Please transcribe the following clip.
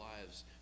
lives